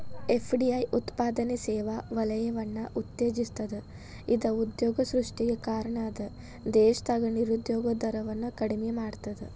FDI ಉತ್ಪಾದನೆ ಸೇವಾ ವಲಯವನ್ನ ಉತ್ತೇಜಿಸ್ತದ ಇದ ಉದ್ಯೋಗ ಸೃಷ್ಟಿಗೆ ಕಾರಣ ಅದ ದೇಶದಾಗ ನಿರುದ್ಯೋಗ ದರವನ್ನ ಕಡಿಮಿ ಮಾಡ್ತದ